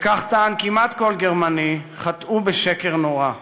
וכך טען כמעט כל גרמני, חטאו בשקר נורא.